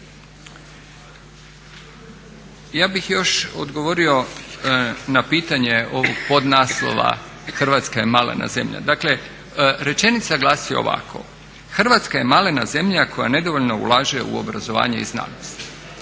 Ja bih još odgovorio na pitanje ovog podnaslova Hrvatska je malena zemlja. Dakle, rečenica glasi ovako. Hrvatska je malena zemlja koja nedovoljno ulaže u obrazovanje i znanost.